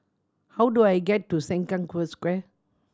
how do I get to Sengkang Square